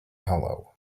hollow